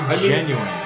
genuine